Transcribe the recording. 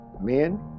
Men